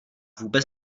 vůbec